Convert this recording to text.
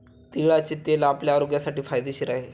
तिळाचे तेल आपल्या आरोग्यासाठी फायदेशीर आहे